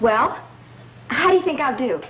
well how do you think i do